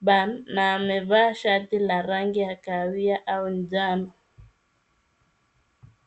bun na amevaa shati la rangi ya kahawia au njano.